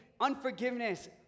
unforgiveness